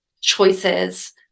choices